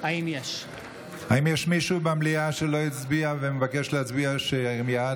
האם יש מישהו במליאה שלא הצביע ומבקש להצביע?